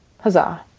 Huzzah